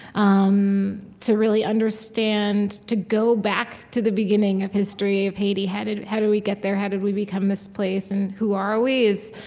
um to really understand to go back to the beginning of history of haiti how did how did we get there? how did we become this place? and who are we?